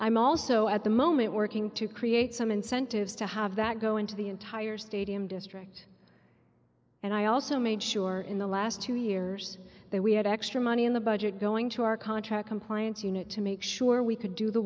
i'm also at the moment working to create some incentives to have that go into the entire stadium district and i also made sure in the last two years that we had extra money in the budget going to our contract compliance unit to make sure we could do the